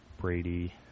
Brady